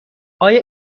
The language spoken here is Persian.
آیا